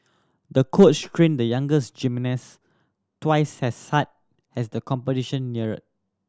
the coach trained the younger gymnast twice as hard as the competition neared